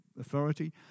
authority